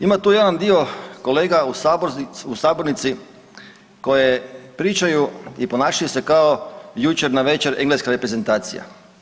Ima tu jedan dio kolega u sabornici koji pričaju i ponašaju se kao jučer navečer engleska reprezentacija.